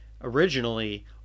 originally